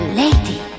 lady